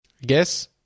guess